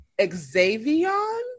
Xavion